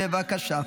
בבקשה.